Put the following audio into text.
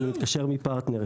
אם אני מתקשר מפרטנר,